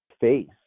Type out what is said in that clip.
face